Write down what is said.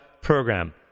program